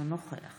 אינו נוכח